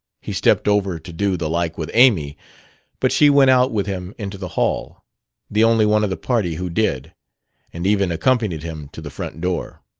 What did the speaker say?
he stepped over to do the like with amy but she went out with him into the hall the only one of the party who did and even accompanied him to the front door.